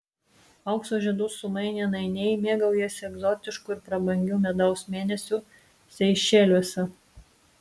aukso žiedus sumainę nainiai mėgaujasi egzotišku ir prabangiu medaus mėnesiu seišeliuose